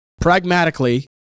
Pragmatically